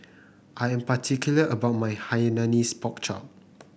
I am particular about my Hainanese Pork Chop